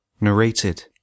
Narrated